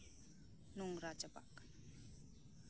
ᱱᱚᱝᱨᱟ ᱪᱟᱵᱟᱜ ᱠᱟᱱᱟ